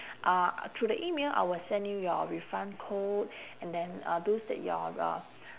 uh through the email I will send you your refund code and then uh those that you're uh